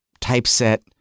typeset